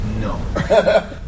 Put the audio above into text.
No